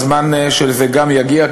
הזמן של זה גם יגיע,